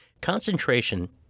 Concentration